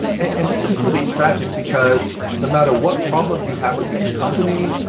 and this is really tragic, because no matter what problem you have within your company,